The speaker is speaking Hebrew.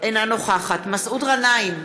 אינה נוכחת מסעוד גנאים,